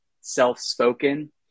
self-spoken